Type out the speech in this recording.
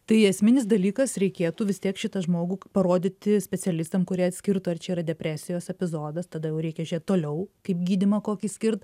tai esminis dalykas reikėtų vis tiek šitą žmogų parodyti specialistam kurie atskirtų ar čia yra depresijos epizodas tada jau reikia žiūrėt toliau kaip gydymą kokį skirt